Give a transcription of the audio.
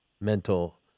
mental